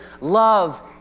love